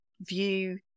view